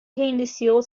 reiniciou